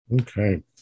Okay